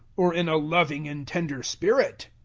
or in a loving and tender spirit?